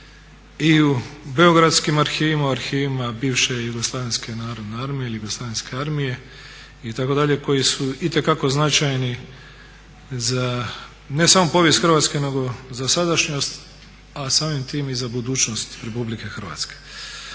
i u Beogradskim arhivima, arhivima bivše Jugoslavenske Narodne Armije ili Jugoslavenske Armije itd., koji su itekako značajni za, ne samo povijest Hrvatske nego za sadašnjost a samim time i za budućnost Republike Hrvatske.